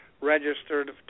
registered